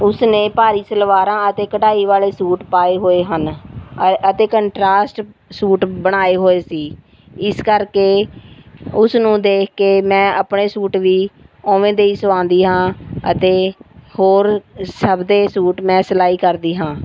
ਉਸ ਨੇ ਭਾਰੀ ਸਲਵਾਰਾਂ ਅਤੇ ਕਢਾਈ ਵਾਲੇ ਸੂਟ ਪਾਏ ਹੋਏ ਹਨ ਅ ਅਤੇ ਕੰਟਰਾਸ ਸੂ਼ਟ ਬਣਾਏ ਹੋਏ ਸੀ ਇਸ ਕਰਕੇ ਉਸ ਨੂੰ ਦੇਖ ਕੇ ਮੈਂ ਆਪਣੇ ਸੂਟ ਵੀ ਉਵੇਂ ਦੇ ਹੀ ਸਵਾਉਂਦੀ ਹਾਂ ਅਤੇ ਹੋਰ ਸਭ ਦੇ ਸੂਟ ਮੈਂ ਸਿਲਾਈ ਕਰਦੀ ਹਾਂ